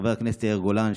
חבר הכנסת יאיר גולן,